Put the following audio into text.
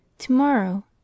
Tomorrow